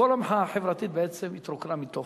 בעצם כל המחאה החברתית התרוקנה מתוכן.